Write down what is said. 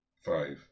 Five